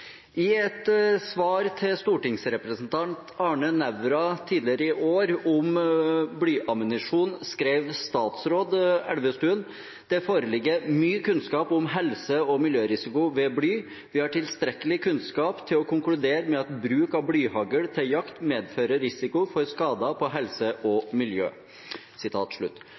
I et svar til stortingsrepresentant Arne Nævra tidligere i år om blyammunisjon skrev statsråd Elvestuen: «Det foreligger mye kunnskap om helse- og miljørisiko ved bly. Vi har tilstrekkelig kunnskap til å konkludere med at bruk av blyhagl til jakt medfører risiko for skader på helse og miljø.»